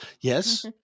Yes